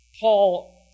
Paul